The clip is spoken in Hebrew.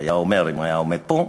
היה אומר אם היה עומד פה.